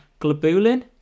globulin